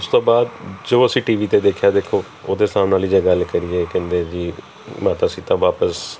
ਉਸ ਤੋਂ ਬਾਅਦ ਜੋ ਅਸੀਂ ਟੀਵੀ 'ਤੇ ਦੇਖਿਆ ਦੇਖੋ ਉਹਦੇ ਹਿਸਾਬ ਨਾਲ ਹੀ ਜੇ ਗੱਲ ਕਰੀਏ ਕਹਿੰਦੇ ਜੀ ਮਾਤਾ ਸੀਤਾ ਵਾਪਸ